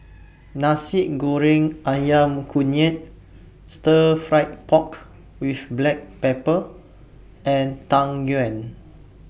Nasi Goreng Ayam Kunyit Stir Fried Pork with Black Pepper and Tang Yuen